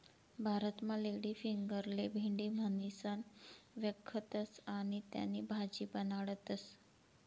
भारतमा लेडीफिंगरले भेंडी म्हणीसण व्यकखतस आणि त्यानी भाजी बनाडतस